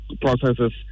processes